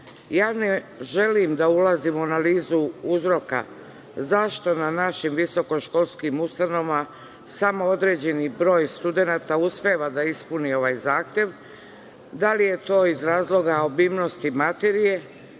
želim da ulazim u analizu uzroka zašto na našim visokoškolskim ustanovama samo određeni broj studenata uspeva da ispuni ovaj zahtev, da li je to iz razloga obimnosti materije